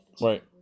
Right